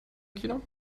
kino